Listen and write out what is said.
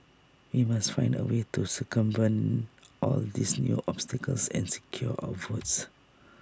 we must find A way to circumvent all these new obstacles and secure our votes